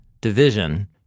division